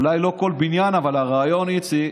אולי לא בכל בניין, אבל הרעיון, איציק,